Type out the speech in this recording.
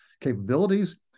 capabilities